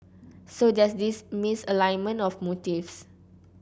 so there's this misalignment of motives